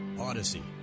Odyssey